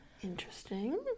Interesting